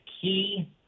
key